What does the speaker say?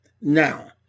Now